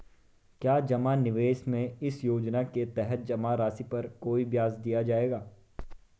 क्या जमा निवेश में इस योजना के तहत जमा राशि पर कोई ब्याज दिया जाएगा?